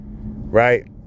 right